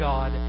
God